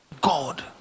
God